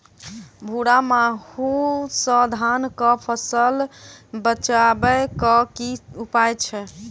भूरा माहू सँ धान कऽ फसल बचाबै कऽ की उपाय छै?